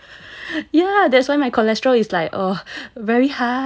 ya that's why my cholesterol is like err very high